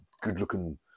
good-looking